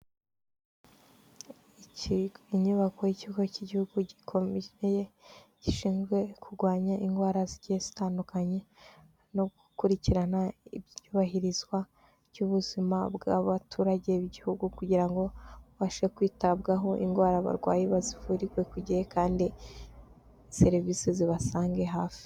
Inyubako y'ikigo cy'igihugu gikomeye gishinzwe kurwanya indwara zigiye zitandukanye, no gukurikirana iyubahirizwa ry'ubuzima bw'abaturage b'igihugu kugira ngo ubashe kwitabwaho indwara abarwayi bazivurirwe ku gihe kandi serivisi zibasange hafi.